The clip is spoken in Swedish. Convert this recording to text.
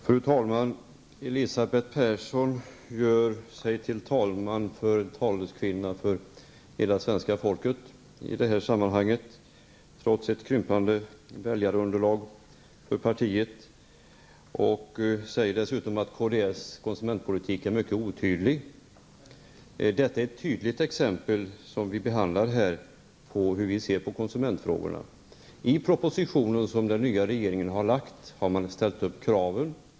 Fru talman! Elisabeth Persson gör sig till talesman för hela svenska folket i detta sammanhang, trots ett krympande väljarunderlag för partiet. Hon säger att kds konsumentpolitik är mycket otydlig. Det här är en fråga där vi tydligt visar hur vi ser på konsumentfrågorna. I den proposition som den nuvarande regeringen lagt fram har man fastställt kraven.